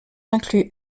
inclus